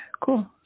cool